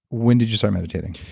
when did you start meditating?